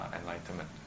enlightenment